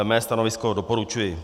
Mé stanovisko doporučuji.